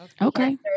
Okay